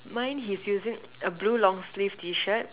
mine he's using a blue long sleeve T-shirt